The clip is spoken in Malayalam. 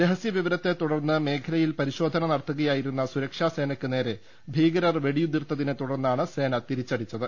രഹസ്യവിവരത്തെ തുടർന്ന് മേഖലയിൽ പരിശോധന നടത്തുകയായിരുന്ന സുരക്ഷാ സേനക്ക് നേരെ ഭീകരർ വെടിയുതിർത്തതിനെ തുടർന്നാണ് സേന തിരിച്ചടിച്ചത്